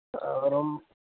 அப்புறம்